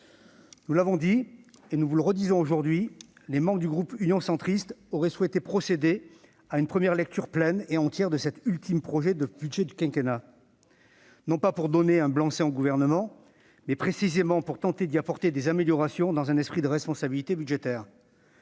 Nous l'avons dit et nous vous le redisons aujourd'hui : les membres du groupe Union Centriste auraient souhaité procéder à une première lecture pleine et entière de cet ultime projet de budget du quinquennat, non pour donner un blanc-seing au Gouvernement, mais précisément pour tenter d'y apporter des améliorations, dans un esprit de responsabilité budgétaire.